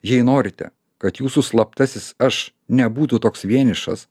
jei norite kad jūsų slaptasis aš nebūtų toks vienišas